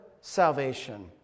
salvation